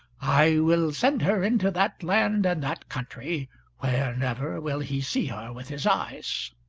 i will send her into that land and that country where never will he see her with his eyes.